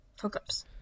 hookups